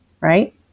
right